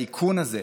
האיכון הזה,